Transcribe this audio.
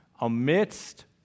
Amidst